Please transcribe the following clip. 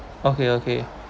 okay okay